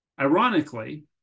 Ironically